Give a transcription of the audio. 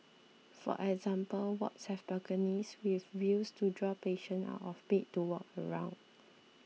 for example wards have balconies with views to draw patients out of bed to walk around